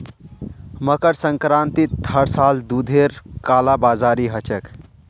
मकर संक्रांतित हर साल दूधेर कालाबाजारी ह छेक